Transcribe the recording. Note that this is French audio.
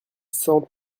cent